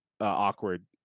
awkward